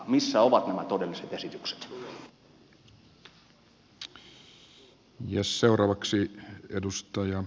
missä ovat nämä todelliset esitykset